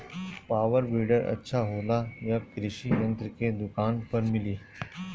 Power weeder अच्छा होला यह कृषि यंत्र के दुकान पर मिली?